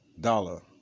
Dollar